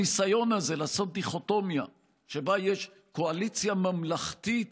הניסיון הזה ליצור דיכוטומיה שבה יש קואליציה ממלכתית